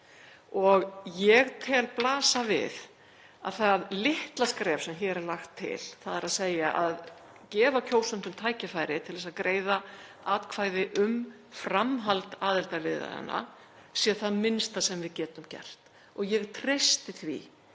og ég tel blasa við að það litla skref sem hér er lagt til, þ.e. að gefa kjósendum tækifæri til að greiða atkvæði um framhald aðildarviðræðna, sé það minnsta sem við getum gert og ég treysti því